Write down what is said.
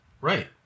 Right